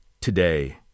today